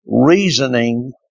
Reasoning